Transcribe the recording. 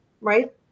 right